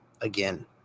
again